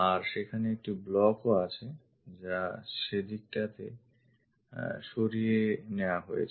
আর সেখানে একটি blockও আছে যা সেদিকটাতে সরিয়ে নেওয়া হয়েছে